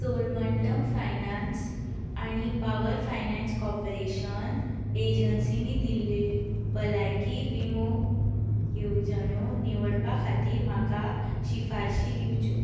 Cholamandalam finance आनी बावर finance corporation एजन्सीनीं दिल्लें भलायकी विमो येवजण्यो निवडपा खातीर म्हाका शिफारशीं दिवच्यो